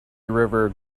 river